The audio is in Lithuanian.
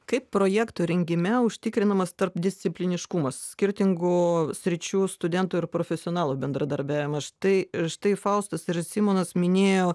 kaip projekto rengime užtikrinamas tarpdiscipliniškumas skirtingų sričių studentų ir profesionalų bendradarbiavimas štai štai faustas ir simonas minėjo